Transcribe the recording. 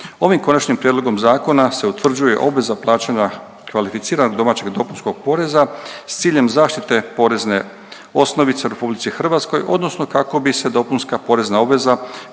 Ovim Konačnim prijedlogom zakona se utvrđuje obveza plaćanja kvalificiranog domaćeg dopunskog poreza s ciljem zaštite porezne osnovice u RH odnosno kako bi se dopunska porezna obveza